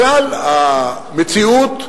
בכלל המציאות,